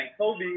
Kobe